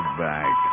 back